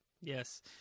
Yes